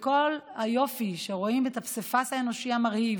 כל היופי הוא שרואים את הפסיפס האנושי המרהיב